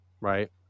right